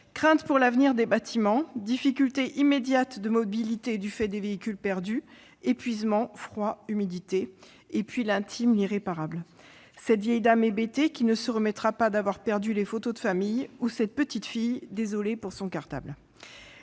crainte pour l'avenir des bâtiments, les difficultés immédiates de mobilité du fait des véhicules perdus, l'épuisement, le froid, l'humidité ! Et puis l'intime, l'irréparable : cette vieille dame hébétée, qui ne se remettra pas d'avoir perdu ses photos de famille, ou cette petite fille désolée pour son cartable.